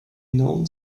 known